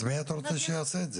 אז מי אתה רוצה שיעשה את זה?